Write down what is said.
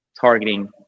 targeting